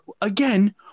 again